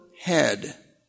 head